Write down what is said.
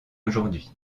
aujourd’hui